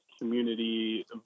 community